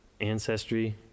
ancestry